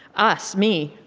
us, me,